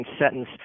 sentence